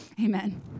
amen